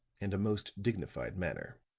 and a most dignified manner.